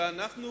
שאנחנו